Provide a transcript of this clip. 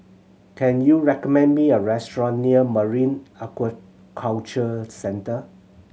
can you recommend me a restaurant near Marine Aquaculture Centre